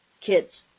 kids